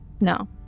No